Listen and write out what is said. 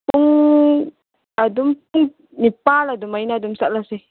ꯄꯨꯡ ꯑꯗꯨꯝ ꯄꯨꯡ ꯅꯤꯄꯥꯜ ꯑꯗꯨꯃꯥꯏꯅ ꯑꯗꯨꯝ ꯆꯠꯂꯁꯤ